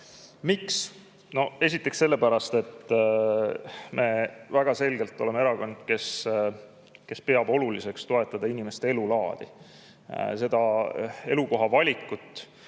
Miks? Esiteks sellepärast, et me väga selgelt oleme erakond, kes peab oluliseks toetada inimeste elulaadi, elukohavalikut,